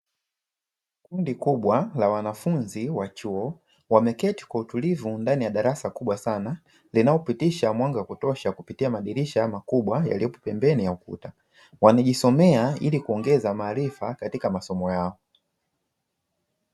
Kundi kubwa la wanafunzi wa chuo wameketi kwa utulivu ndani ya darasa kubwa sana linalopitisha mwanga wa kutosha kupitia madirisha makubwa yaliyopo pembeni ya ukuta, wanajisomea ili kuongeza maarifa katika masomo yao.